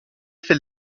fait